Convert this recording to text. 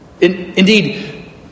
indeed